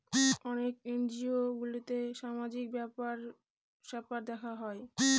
অনেক এনজিও গুলোতে সামাজিক ব্যাপার স্যাপার দেখা হয়